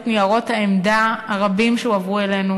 ניירות העמדה הרבים שהועברו אלינו,